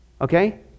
Okay